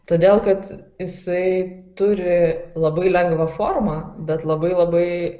todėl kad jisai turi labai lengvą formą bet labai labai